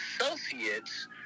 associates